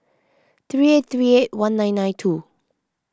three eight three eight one nine nine two